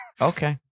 Okay